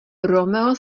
romeo